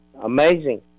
amazing